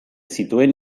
zituen